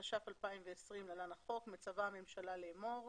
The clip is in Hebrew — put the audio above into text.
התש"ף-2020 (להלן החוק), מצווה הממשלה לאמור: